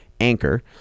Anchor